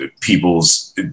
People's